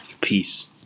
Peace